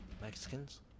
Mexicans